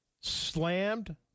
slammed